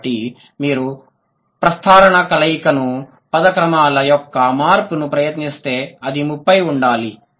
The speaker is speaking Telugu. కాబట్టి మీరు ప్రస్తారణ కలయికను పద క్రమాల యొక్క మార్పును ప్రయత్నిస్తే అది ముప్పై ఉండాలి